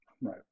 Right